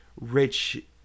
rich